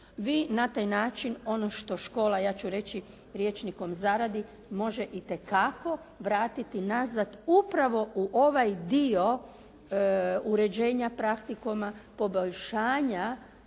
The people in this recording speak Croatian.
Vi na taj način ono što škola, ja ću reći rječnikom zaradi, može itekako pratiti nazad upravo u ovaj dio uređenja praktikuma, poboljšanja